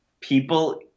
people